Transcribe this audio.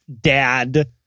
Dad